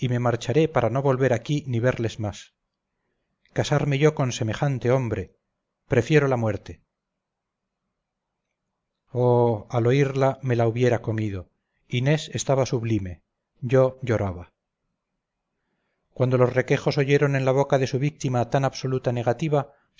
me marcharé para no volver aquí ni verles más casarme yo con semejante hombre prefiero la muerte oh al oírla me la hubiera comido inés estaba sublime yo lloraba cuando los requejos oyeron en boca de su víctima tan absoluta negativa